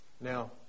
Now